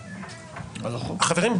------ חברים,